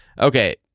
okay